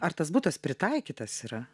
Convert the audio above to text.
ar tas butas pritaikytas yra